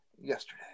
yesterday